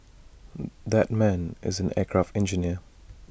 that man is an aircraft engineer